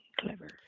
clever